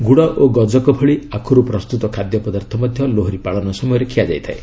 ଗୁଡ଼ ଓ ଗଜକ ଭଳି ଆଖୁରୁ ପ୍ରସ୍ତୁତ ଖାଦ୍ୟ ପଦାର୍ଥ ମଧ୍ୟ ଲୋହରୀ ପାଳନ ସମୟରେ ଖିଆଯାଇଥାଏ